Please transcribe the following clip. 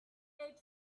eight